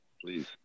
please